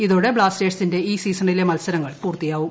ഇതോടെ ബ്ലാസ്റ്റേഴ്സിന്റെ ഈ സീസണിലെ മത്സരങ്ങൾ പൂർത്തിയാവും